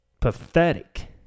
pathetic